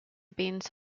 beans